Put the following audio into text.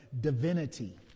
divinity